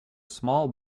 small